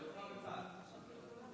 אני מחליפה את רון, בסדר?